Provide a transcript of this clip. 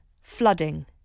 Flooding